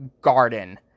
Garden